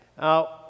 Now